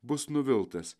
bus nuviltas